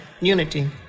Unity